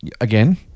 again